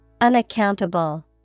Unaccountable